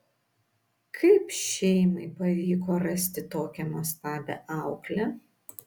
kaip šeimai pavyko rasti tokią nuostabią auklę